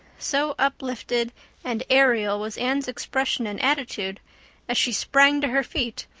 so uplifted and aerial was anne's expression and attitude as she sprang to her feet,